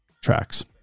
tracks